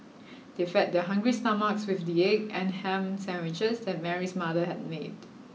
they fed their hungry stomachs with the egg and ham sandwiches that Mary's mother had made